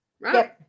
right